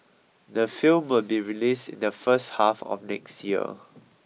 the film will be released in the first half of next year